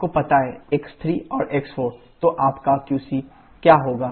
आपको पता है x3 और x4 तो आपका qC क्या होगा